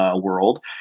world